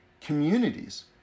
communities